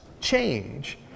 change